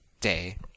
Day